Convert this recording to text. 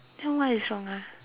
then what is wrong ah